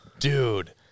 Dude